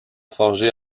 forger